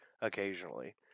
occasionally